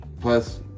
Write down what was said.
Plus